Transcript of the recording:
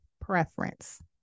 preference